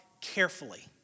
carefully